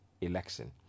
election